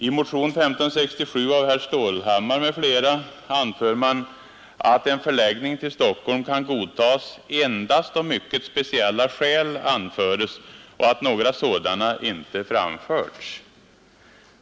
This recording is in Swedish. I motionen 1567 av herr FElt institut för Stålhammar m.fl. anför man att en förläggning till Stockholm kan godtas = Social forskning endast om mycket speciella skäl anförs och att inga sådana har framförts.